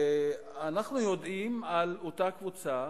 אנחנו יודעים על אותה קבוצה